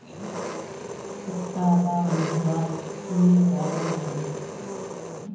पत्ताला मुरझ्वार की कारण छे?